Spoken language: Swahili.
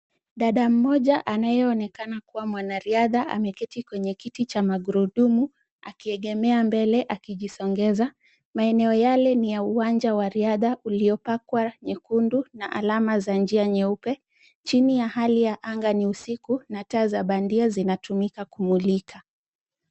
Dada mmoja anayeonekana kuwa mwanariadha ameketi kwenye kiti cha magurudumu akiegemea mbele akijisongeza. Maeneo yale ni ya uwanja wa riadha uliopakwa nyekundu na alama za njia nyeupe. Chini ya hali ya anga ni usiku na taa za bandia zinatumika kumulika.